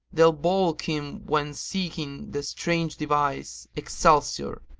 they'll baulk him when seeking the strange device, excelsior,